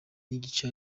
nigice